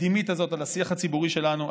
התקדימית הזאת על השיח הציבורי שלנו,